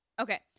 okay